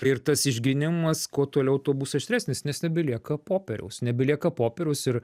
ir tas išgynimas kuo toliau tuo bus aštresnis nes nebelieka popieriaus nebelieka popieriaus ir